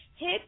Hit